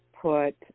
put